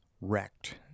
wrecked